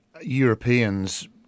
Europeans